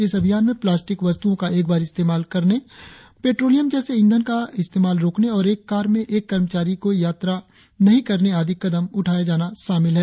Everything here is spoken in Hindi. इस अभियान में प्लास्टिक वस्तुओं का एक बार इस्तेमाल करने पेट्रोलियम जैसे इंधन का इस्तेमाल रोकने और एक कार में एक कर्मचारी की यात्रा नहीं करने आदि कदम उठाया जाना शामिल है